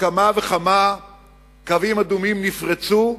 שכמה וכמה קווים אדומים נפרצו,